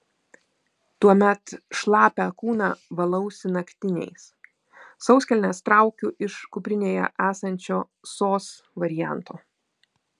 tuomet šlapią kūną valausi naktiniais sauskelnes traukiu iš kuprinėje esančio sos varianto